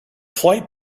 flight